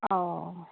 অঁ